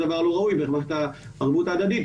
דבר לא ראוי במערכת הערבות ההדדית,